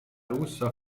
russa